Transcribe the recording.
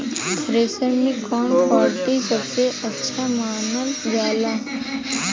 Thresher के कवन quality सबसे अच्छा मानल जाले?